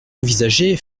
envisagée